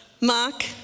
Mark